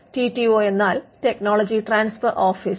T T O എന്നാൽ technology transfer office